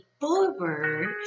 forward